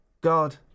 God